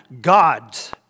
God's